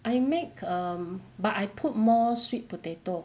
I make um but I put more sweet potato